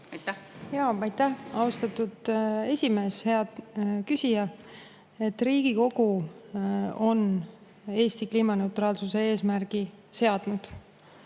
Aitäh! Austatud esimees! Hea küsija! Riigikogu on Eesti kliimaneutraalsuse eesmärgi seadnud